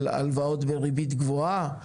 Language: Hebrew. של הלוואות בריבית גבוהה,